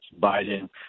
Biden